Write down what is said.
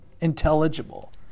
intelligible